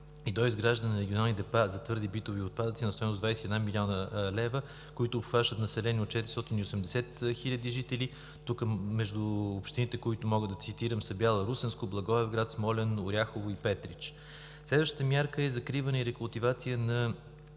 и доизграждане на регионални депа за твърди битови отпадъци на стойност 21 млн. лв., които обхващат население от 480 хиляди жители. Тук между общините, които мога да цитирам, са Бяла – Русенско, Благоевград, Смолян, Оряхово и Петрич. Следващата мярка е „Закриване и рекултивация на